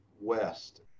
west